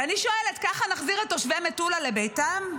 ואני שואלת, ככה נחזיר את תושבי מטולה לביתם?